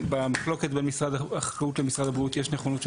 במחלוקת בין משרד החקלאות למשרד הבריאות יש נכונות של